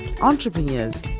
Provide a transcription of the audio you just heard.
entrepreneurs